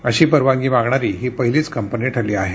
अशी परवानगी मागणारी ही पहिलीच कंपनी ठरली आहे